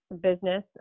business